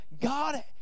God